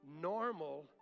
Normal